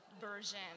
version